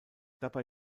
dabei